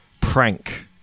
Prank